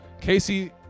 Casey